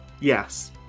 yes